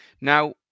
Now